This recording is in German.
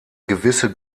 gewisse